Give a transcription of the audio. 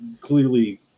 clearly